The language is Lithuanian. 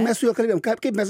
mes su juo kalbėjom ką kaip mes